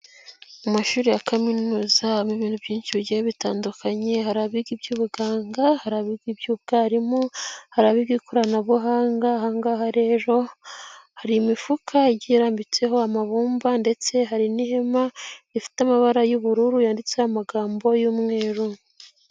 Mu mashuri ya kaminuza haba ibintu byinshi bigiye bitandukanye ,hari abiga iby'ubuganga, hari abiga iby'ubwarimu ,hari abiga ikoranabuhanga , aha ngaha rero hari imifuka igiye irambitseho amabumba, ndetse hari n'ihema rifite amabara y'ubururu yanditse amagambo y'umweru.